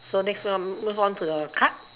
so next one move on to the card